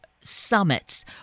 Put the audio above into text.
summits